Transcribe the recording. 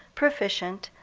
proficient,